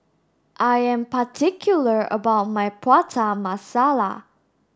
I am particular about my Prata Masala